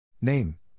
Name